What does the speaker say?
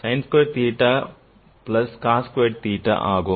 sin squared theta plus cos squared theta ஆகும்